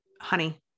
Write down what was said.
honey